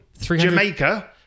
Jamaica